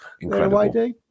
Incredible